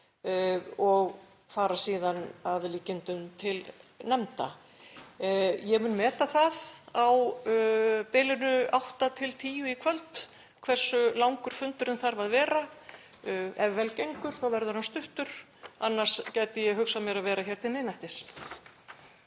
og fara síðan að líkindum til nefnda. Ég mun meta það á bilinu átta til tíu í kvöld hversu langur fundurinn þarf að vera. Ef vel gengur þá verður hann örstuttur. Annars gæti ég hugsað mér að vera hér til miðnættis.